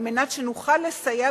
על מנת שנוכל לסייע